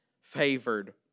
favored